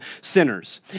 sinners